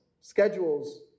schedules